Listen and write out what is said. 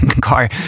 car